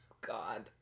god